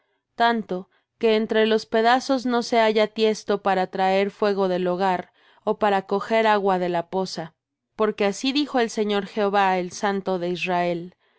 tanto que entre los pedazos no se halla tiesto para traer fuego del hogar ó para coger agua de la poza porque así dijo el señor jehová el santo de israel en